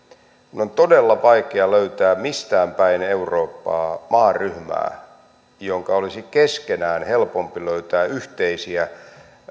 minun on todella vaikea löytää mistään päin eurooppaa maaryhmää jonka olisi keskenään helpompi löytää yhteisiä